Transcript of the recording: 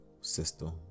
system